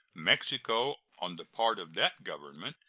mexico, on the part of that government,